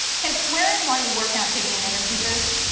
can swearing while you work out give you an energy boost?